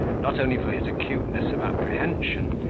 not only for his acuteness of apprehension,